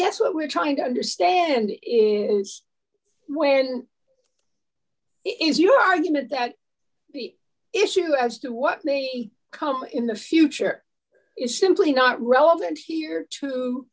guess what we're trying to understand is ringback when it is your argument that the issue as to what may come in the future is simply not relevant here to